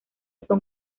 son